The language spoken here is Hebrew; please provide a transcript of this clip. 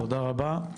תודה רבה,